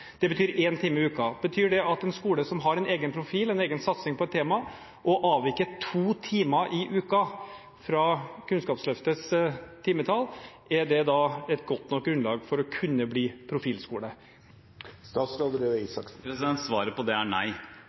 Det betyr én time i uka. Men en skole som har en egen profil, en egen satsing på et tema, og avviker to timer i uka fra Kunnskapsløftets timetall, er det et godt nok grunnlag for å kunne bli profilskole? Svaret på det er nei,